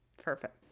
Perfect